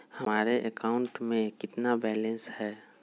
हमारे अकाउंट में कितना बैलेंस है?